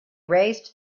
raised